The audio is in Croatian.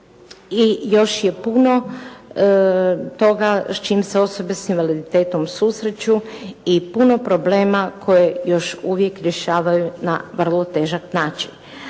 i još je puno toga s čim se osobe s invaliditetom susreću i puno problema koje još uvijek rješavaju na vrlo težak način.